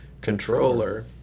Controller